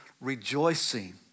rejoicing